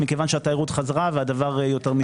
כי התיירות חזרה והדבר יותר משתלם.